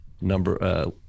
number